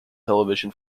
television